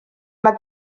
mae